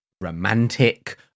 romantic